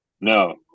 No